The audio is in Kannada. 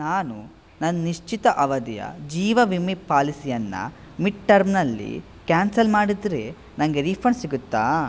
ನಾನು ನನ್ನ ನಿಶ್ಚಿತ ಅವಧಿಯ ಜೀವ ವಿಮೆ ಪಾಲಿಸಿಯನ್ನು ಮಿಡ್ಟರ್ಮ್ನಲ್ಲಿ ಕ್ಯಾನ್ಸಲ್ ಮಾಡಿದರೆ ನನಗೆ ರೀಫಂಡ್ ಸಿಗುತ್ತಾ